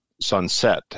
sunset